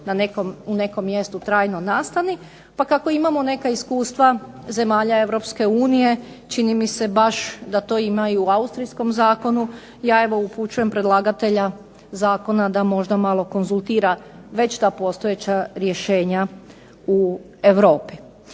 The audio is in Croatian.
na nekom mjestu trajno nastani. Pa kako imamo neka iskustva zemalja EU čini mi se baš da to ima i u austrijskom zakonu, ja evo upućujem predlagatelja zakona da možda malo konzultira već ta postojeća rješenja u Europi.